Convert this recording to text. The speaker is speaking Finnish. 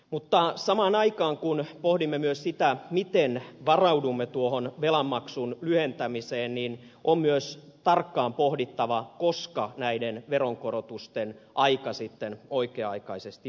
mutta samaan aikaan kun pohdimme sitä miten varaudumme tuohon velanmaksun lyhentämiseen on myös tarkkaan pohdittava koska näiden veronkorotusten aika sitten oikea aikaisesti on